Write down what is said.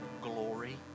glory